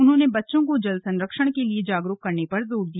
उन्होंने बच्चों को जल संरक्षण के लिए जागरूक करने पर जोर दिया